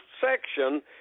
section